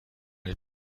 nel